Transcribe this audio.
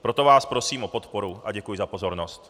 Proto vás prosím o podporu a děkuji za pozornost.